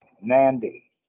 Nandi